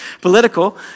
political